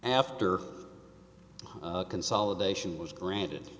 after the consolidation was granted